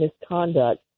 misconduct